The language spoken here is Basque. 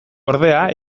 ordea